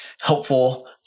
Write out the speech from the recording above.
helpful